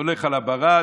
הולך על הברד,